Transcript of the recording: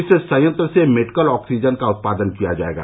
इस संयंत्र से मेडिकल ऑक्सीजन का उत्पादन किया जाएगा